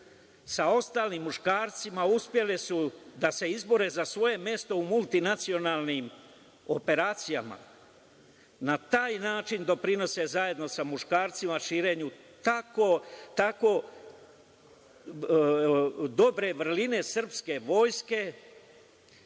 sa ostalim muškarcima uspele su da se izbore za svoje mesto u multinacionalnim operacijama. Na taj način doprinose zajedno sa muškarcima širenju tako dobre vrline srpske vojske.